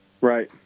Right